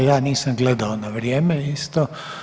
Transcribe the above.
a ja nisam gledao na vrijeme isto.